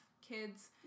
kids